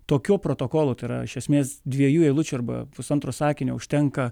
tokių protokolų yra iš esmės dviejų eilučių arba pusantro sakinio užtenka